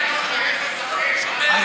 תירגעו, ירושלים לא שייכת לכם.